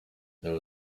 there